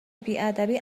بیادبی